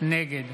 נגד